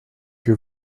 que